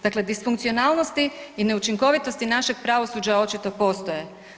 Dakle, disfunkcionalnosti i neučinkovitosti našeg pravosuđa očito postoje.